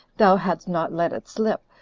thou hadst not let it slip,